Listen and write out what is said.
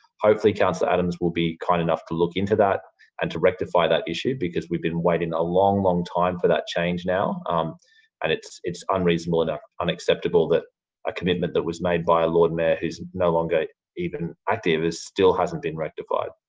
hopefully councillor adams will be kind enough to look into that and to rectify that issue, because we've been waiting a long, long time for that change now um and it's it's unreasonable and unacceptable that a commitment that was made by a lord mayor who's no longer even active still hasn't been rectified.